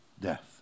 death